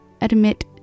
admit